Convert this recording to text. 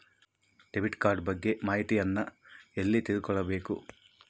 Debit card ಬಗ್ಗೆ ಮಾಹಿತಿಯನ್ನ ಎಲ್ಲಿ ತಿಳ್ಕೊಬೇಕು?